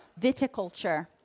viticulture